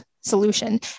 solution